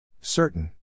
Certain